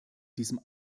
diesem